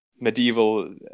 medieval